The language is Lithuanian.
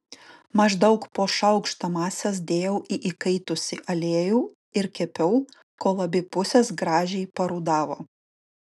maždaug po šaukštą masės dėjau į įkaitusį aliejų ir kepiau kol abi pusės gražiai parudavo